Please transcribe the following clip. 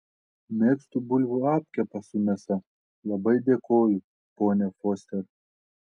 mėgstu bulvių apkepą su mėsa labai dėkoju ponia foster